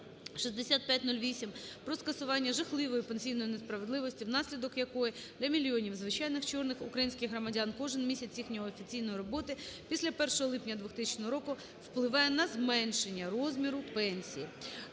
6508 про скасування жахливої пенсійної несправедливості, внаслідок якої для мільйонів звичайних "чорних" українських громадян кожен місяць їхньої офіційної роботи після 1 липня 2000 року впливає на зменшення розміру пенсії.